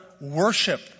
worship